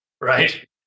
right